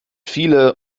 viele